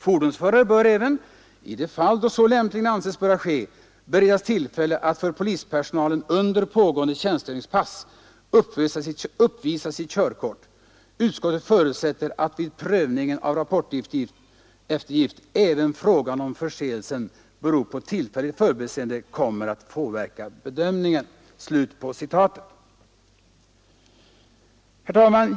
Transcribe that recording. Fordonsförare bör även — i de fall då så lämpligen anses böra ske — beredas tillfälle att för polispersonalen under pågående tjänstgöringspass uppvisa sitt körkort. Utskottet förutsätter att vid prövningen av rapporteftergift även frågan om förseelsen beror på tillfälligt förbiseende kommer att påverka bedömningen.” Herr talman!